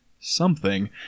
Something